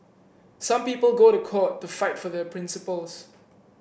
some people go to court to fight for their principles